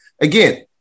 Again